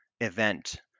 event